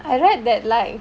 I read that like